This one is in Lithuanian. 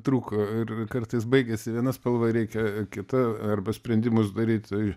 trūko ir kartais baigiasi viena spalva ir reikia kita arba sprendimus daryt tai